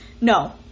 No